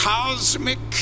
Cosmic